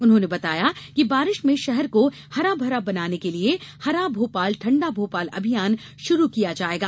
उन्होंने बताया कि बारिश में शहर को हरा भरा बनाने के लिए हरा भोपाल ठंडा भोपाल अभियान शुरू किया जाएगा